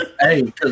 Hey